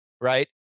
right